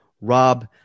Rob